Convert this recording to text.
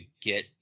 get